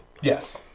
Yes